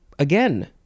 Again